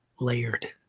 layered